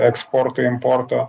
eksporto importo